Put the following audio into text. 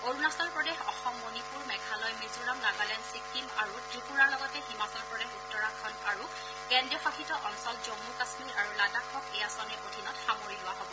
অৰুণাচল প্ৰদেশ অসম মণিপুৰ মেঘালয় মিজোৰাম নাগালেণ্ড ছিক্বিম আৰু ত্ৰিপুৰাৰ লগতে হিমাচল প্ৰদেশ উত্তৰাখণ্ড আৰু কেন্দ্ৰীয় শাসিত অঞ্চল জন্মু কামীৰ আৰু লাডাখক এই আঁচনিৰ অধীনত সামৰি লোৱা হব